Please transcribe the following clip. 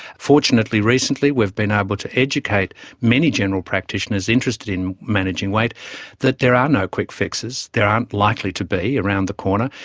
fortunately recently we've been able to educate many general practitioners interested in managing weight that there are no quick fixes, there aren't likely to be around the corner,